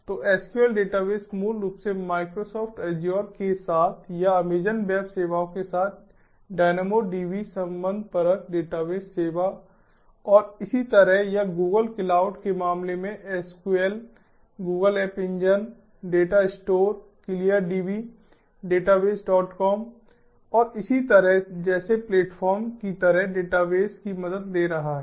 तो SQL database मूल रूप से माइक्रोसॉफ्ट अज्योर के साथ या अमेज़न वेब सेवाओं के साथ DynamoDB संबंधपरक डेटाबेस सेवा और इसी तरह या गूगल क्लाउड के मामले में SQL Google app engine datastore ClearDB database dot कॉमdatabasecom और इसी तरह जैसे प्लेटफ़ॉर्म की तरह डेटाबेस की मदद ले रहा है